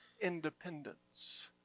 independence